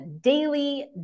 Daily